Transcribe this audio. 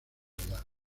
navidad